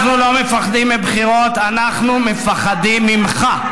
אנחנו לא מפחדים מבחירות, אנחנו מפחדים ממך,